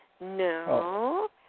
no